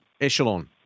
echelon